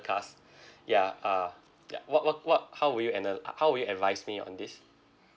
cars ya uh ya what what what how would you anal~ uh how would you advise me on this